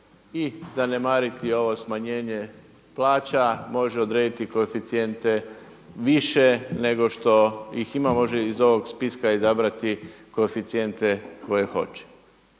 i zanemariti ovo smanjenje plaća, može odrediti koeficijente više nego što ih ima, može iz ovog spiska izabrati koeficijente koje hoće.